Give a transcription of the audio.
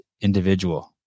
individual